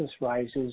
rises